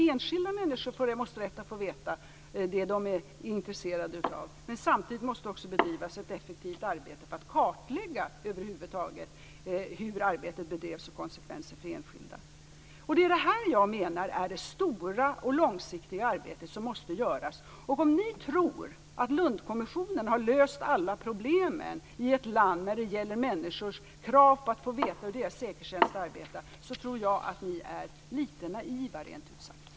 Enskilda människor måste få rätt att veta det de är intresserade av. Men samtidigt måste det också bedrivas ett effektivt arbete för att kartlägga hur arbetet bedrevs och vilka konsekvenser det blev för enskilda. Det är detta jag menar är det stora och långsiktiga arbete som måste göras. Om ni tror att Lundkommissionen har löst alla problemen i ett land när det gäller människors krav på att få veta hur deras säkerhetstjänst arbetar tror jag att ni rent ut sagt är litet naiva.